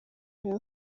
rayon